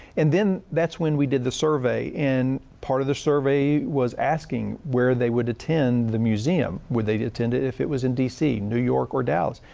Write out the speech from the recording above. and then that's when we did the survey. and part of the survey was asking where they would attend the museum. would they they attend it if it was in dc, new york or dallas?